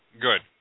Good